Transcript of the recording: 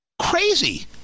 Crazy